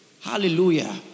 Hallelujah